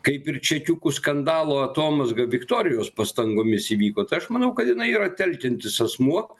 kaip ir čekiukų skandalo atomazga viktorijos pastangomis įvyko aš manau kad jinai yra telkiantis asmuo